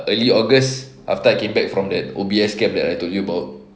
early august after I came back from that O_B_S camp that I told you about